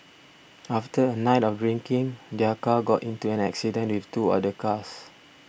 after a night of drinking their car got into an accident with two other cars